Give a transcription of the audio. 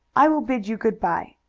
i will bid you good-by.